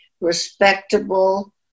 respectable